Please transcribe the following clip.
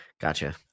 Gotcha